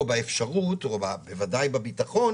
באפשרות או בביטחון